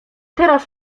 teraz